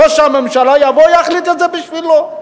ראש הממשלה יבוא ויחליט את זה בשבילו,